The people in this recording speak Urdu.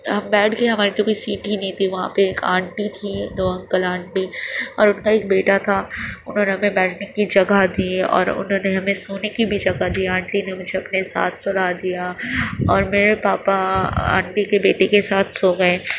ہم بیٹھ گئے ہماری تو کوئی سیٹ ہی نہیں تھی وہاں پہ ایک آنٹی تھیں دو انکل آنٹی اور ان کا ایک بیٹا تھا انہوں نے ہمیں بیٹھنے کی جگہ دی اور انہوں نے ہمیں سونے کی بھی جگہ دی آنٹی نے مجھے اپنے ساتھ سلا دیا اور میرے پاپا آنٹی کے بیٹے کے ساتھ سو گئے